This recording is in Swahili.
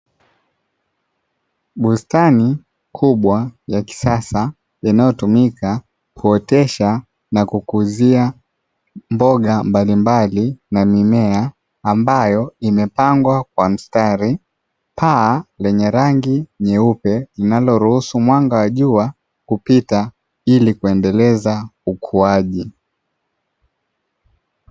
Bustani kubwa ya kisasa yanayotumika kuotesha na kukuuzia mboga mbalimbali na mimea, ambayo imepangwa kwa mstari paa lenye rangi nyeupe linaloruhusu mwanga wa jua kupita ili kuendeleza ukuaji.